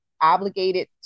obligated